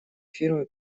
фирмы